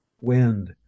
wind